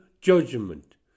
judgment